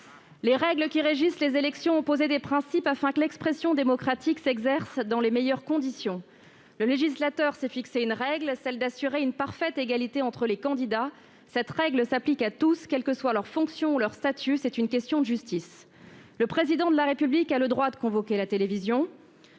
Les règles qui régissent les élections ont posé des principes afin que l'expression démocratique se fasse dans les meilleures conditions. Le législateur s'est fixé pour règle d'assurer une parfaite égalité entre les candidats. Cette règle s'applique à chacun, quels que soient sa fonction ou son statut : c'est une question de justice. Le Président de la République a le droit de convoquer la télévision.